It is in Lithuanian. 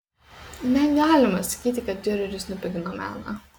negalima sakyti kad diureris nupigino meną